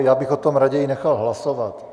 Já bych o tom raději nechal hlasovat.